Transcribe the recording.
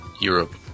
Europe